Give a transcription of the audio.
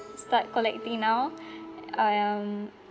start collecting now um